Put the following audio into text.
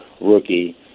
rookie